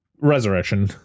Resurrection